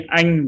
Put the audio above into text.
anh